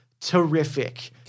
terrific